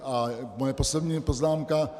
A moje poslední poznámka.